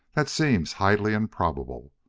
that seems highly improbable.